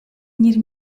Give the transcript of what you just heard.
gnir